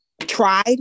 tried